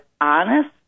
honest